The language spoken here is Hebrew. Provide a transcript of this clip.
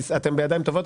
אתם בידיים טובות,